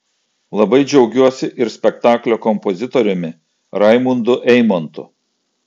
labai džiaugiuosi ir spektaklio kompozitoriumi raimundu eimontu